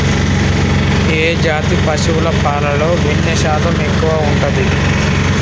ఏ జాతి పశువుల పాలలో వెన్నె శాతం ఎక్కువ ఉంటది?